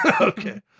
okay